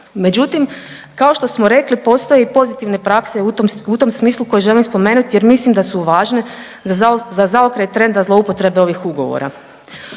Međutim, kao što smo rekli postoje i pozitivne prakse u tom smislu koji želim spomenuti jer mislim da su važne za zaokret trenda zlouporabe ovih ugovora.